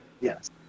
yes